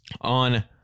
on